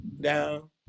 down